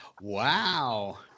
Wow